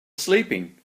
sleeping